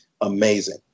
Amazing